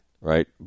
right